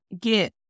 get